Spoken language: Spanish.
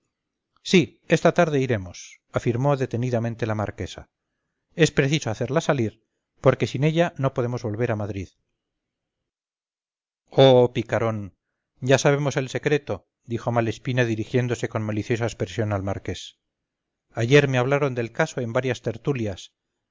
sí esta tarde iremos afirmó detenidamente la marquesa es preciso hacerla salir porque sin ella no podemos volver a madrid oh picarón ya sabemos el secreto dijo malespina dirigiéndose con maliciosa expresión al marqués ayer me hablaron del caso en varias tertulias